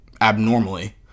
abnormally